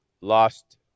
lost